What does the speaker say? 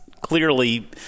clearly